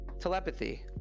telepathy